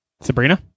Sabrina